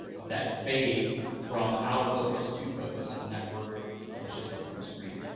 of that fade from out of focus to focus on that word that was just up on the screen.